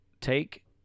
take